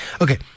Okay